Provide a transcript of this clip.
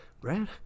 Brad